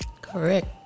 Correct